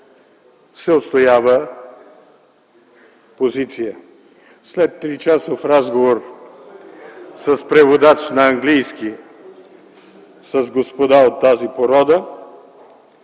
се отстоява позиция. След 3-часов разговор с преводач на английски с господа от тази порода